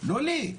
לא לי,